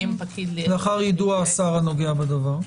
לאחר יידוע השר הנוגע בדבר.